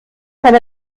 kann